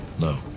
No